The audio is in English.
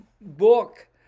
book